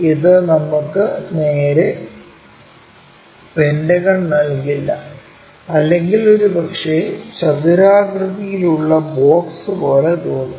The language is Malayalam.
ഇത് നമുക്ക് നേരെ പെന്റഗൺ നൽകില്ല അല്ലെങ്കിൽ ഒരുപക്ഷേ ചതുരാകൃതിയിലുള്ള ബോക്സ് പോലെ തോന്നും